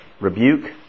rebuke